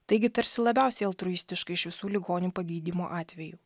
taigi tarsi labiausiai altruistiška iš visų ligonių pagydymo atvejų